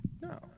No